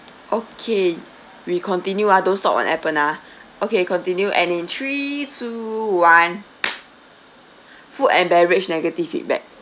okay we continue uh don't stop on Appen uh okay continue and in three two one food and beverage negative feedback